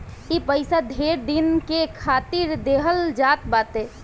ई पइसा ढेर दिन के खातिर देहल जात बाटे